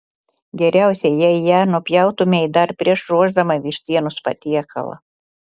geriausia jei ją nupjautumei dar prieš ruošdama vištienos patiekalą